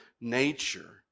nature